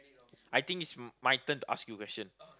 I think it's m~ my turn to ask you question